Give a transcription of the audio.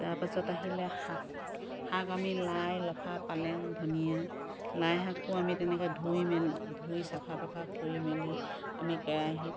তাৰ পিছত আহিলে শাক শাক আমি লাই লফা পালেং ধনীয়া লাই শাকো আমি তেনেকৈ ধুই মেলি ধুই চাফা তাফা কৰি মেলি আমি কেৰাহীত